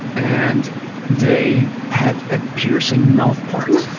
and they have a piercing mouth part,